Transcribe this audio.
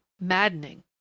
maddening